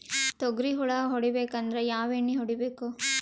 ತೊಗ್ರಿ ಹುಳ ಹೊಡಿಬೇಕಂದ್ರ ಯಾವ್ ಎಣ್ಣಿ ಹೊಡಿಬೇಕು?